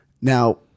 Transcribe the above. Now